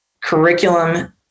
curriculum